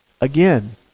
again